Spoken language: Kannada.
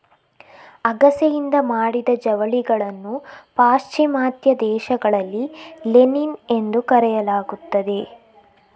ಅಗಸೆಯಿಂದ ಮಾಡಿದ ಜವಳಿಗಳನ್ನು ಪಾಶ್ಚಿಮಾತ್ಯ ದೇಶಗಳಲ್ಲಿ ಲಿನಿನ್ ಎಂದು ಕರೆಯಲಾಗುತ್ತದೆ